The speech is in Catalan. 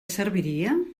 serviria